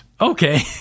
okay